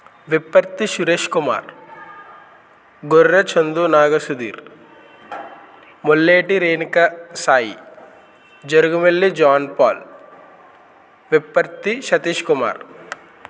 Vipparthi Suresh Kumar Gorre Chandu Naga Sudheer Molleti Renuka Sai Jaruguvelli John Paul Vipparthi Satish Kumar